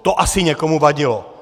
To asi někomu vadilo.